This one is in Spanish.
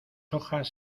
hojas